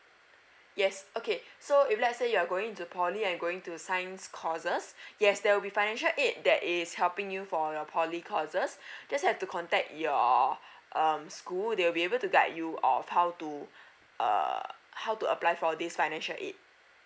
yes okay so if let's say you're going to poly and going to science courses yes there will be financial aid that is helping you for your poly courses just have to contact your um school they will be able to guide you of how to uh how to apply for this financial aid